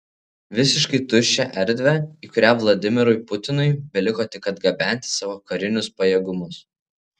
visiškai tuščią erdvę į kurią vladimirui putinui beliko tik atgabenti savo karinius pajėgumus